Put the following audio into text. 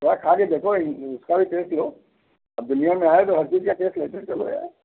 थोड़ा खा के देखो इसका भी टेस्ट लो अब दुनिया में आए तो हर चीज़ का टेस्ट लेते चलो यार